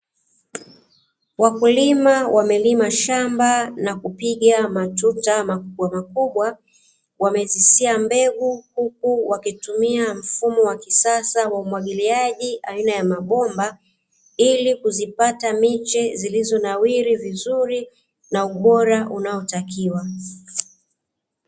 Wakulima wamelima shamba na kupiga matuta makubwamakubwa, wamezisia mbegu, huku wakitumia mfumo wa kisasa wa umwagiliaji aina ya mabomba, ili kuzipata miche zilizonawiri vizuri, na ubora unaotakiwa.